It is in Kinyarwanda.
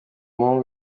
muhungu